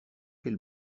quel